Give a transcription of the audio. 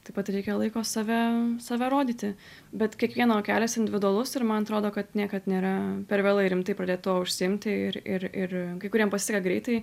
taip pat reikia laiko save save rodyti bet kiekvieno kelias individualus ir man atrodo kad niekad nėra per vėlai rimtai pradėt tuo užsiimti ir ir ir kai kuriem pasiseka greitai